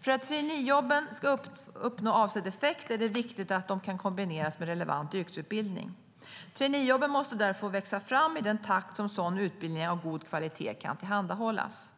För att traineejobben ska uppnå avsedd effekt är det viktigt att de kan kombineras med relevant yrkesutbildning. Traineejobben måste därför få växa fram i den takt som sådan utbildning av god kvalitet kan tillhandahållas.